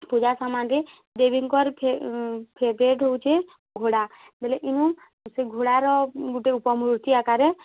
ପୂଜା ସାମାନ୍କେ ଦେବୀଙ୍କର୍ ଫେଭରାଇଟ୍ ହଉଛେ ଘୋଡ଼ା ବେଲେ ଇନୁ ସେ ଘୋଡ଼ାର ଗୁଟେ ଉପମୂର୍ତ୍ତି ଆକାର୍ରେ